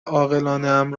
عاقلانهام